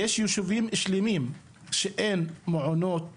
יש ישובים שלמים שאין מעונות יום,